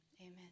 amen